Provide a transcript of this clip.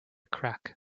crack